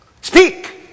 Speak